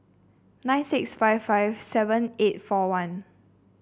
nine six five five seven eight four one